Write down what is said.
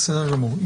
בסדר גמור.